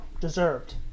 deserved